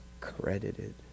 Credited